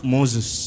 Moses